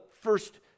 first